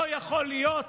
לא יכול להיות,